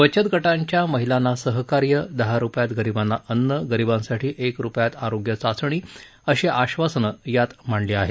बचतगटांच्या महिलांना सहकार्य दहा रुपयांत गरिबांना अन्न गरिबांसाठी एक रुपयात आरोग्य चाचण्या अशी आश्वासनं यात मांडली आहेत